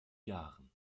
jahren